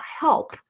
help